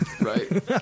right